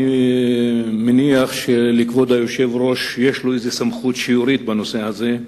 אני מניח שלכבוד היושב-ראש יש סמכות שיורית בנושא הזה,